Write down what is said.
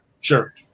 Sure